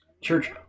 church